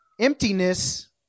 emptiness